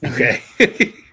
Okay